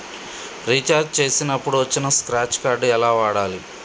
Recharge చేసినప్పుడు వచ్చిన scratch card ఎలా వాడాలి?